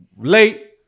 Late